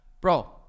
Bro